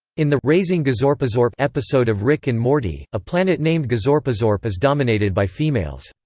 in the raising gazorpazorp episode of rick and morty, a planet named gazorpazorp is dominated by females.